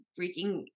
freaking